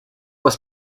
was